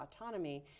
autonomy